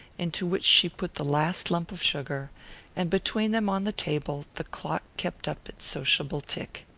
into which she put the last lump of sugar and between them, on the table, the clock kept up its sociable tick.